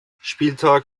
spieltag